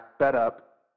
setup